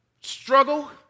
struggle